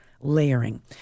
layering